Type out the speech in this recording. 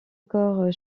corps